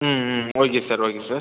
ம் hmm okay sir okay sir